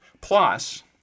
plus